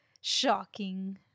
shocking